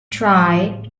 try